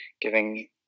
giving